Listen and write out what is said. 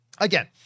Again